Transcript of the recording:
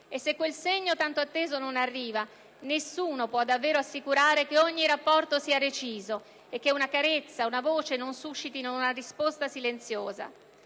e se quel segno tanto atteso non arriva, nessuno può davvero assicurare che ogni rapporto sia reciso e che una carezza, una voce non suscitino una risposta silenziosa.